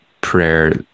prayer